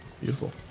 Beautiful